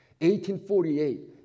1848